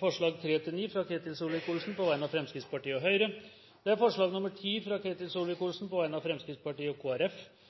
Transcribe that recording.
forslagene nr. 3–9, fra Ketil Solvik-Olsen på vegne av Fremskrittspartiet og Høyre forslag nr. 10, fra Ketil Solvik-Olsen på vegne av Fremskrittspartiet og